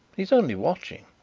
he is only watching.